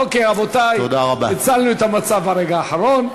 אוקיי, רבותי, הצלנו את המצב ברגע האחרון.